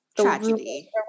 tragedy